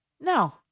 No